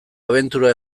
abentura